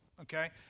Okay